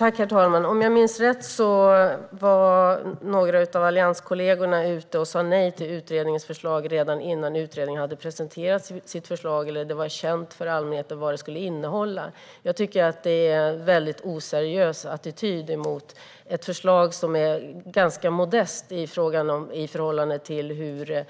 Herr talman! Om jag minns rätt sa några av allianskollegorna nej till utredningens förslag innan utredningen hade presenterat det eller innan det var känt för allmänheten vad det skulle innehålla. Jag tycker att det är en väldigt oseriös attityd mot ett förslag som är ganska modest i förhållande till hur